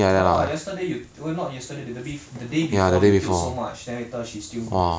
ya what yesterday you not yesterday the the bef~ the day before you tilt so much then later she still